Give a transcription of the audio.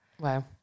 Wow